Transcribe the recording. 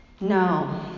No